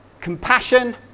Compassion